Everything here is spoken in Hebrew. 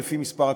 לפחות,